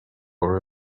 for